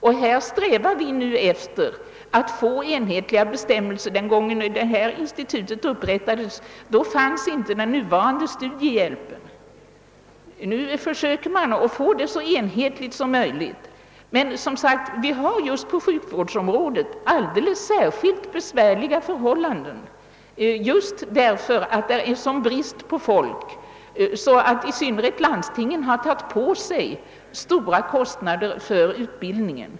Vi strävar nu efter att få enhetliga bestämmelser. Den gången när detta institut inrättades fanns inte den nuvarande studiehjälpen. På sjukvårdsområdet råder emellertid alldeles särskilt besvärliga förhållanden, som har lett till att i synnerhet landstingen på grund av bristen på folk har fått lov att ta på sig stora kostnader för utbildningen.